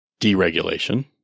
deregulation